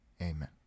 Amen